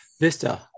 vista